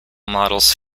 models